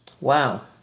Wow